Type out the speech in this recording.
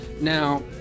now